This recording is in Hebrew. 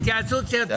היא ענתה.